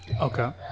Okay